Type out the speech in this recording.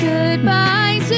Goodbye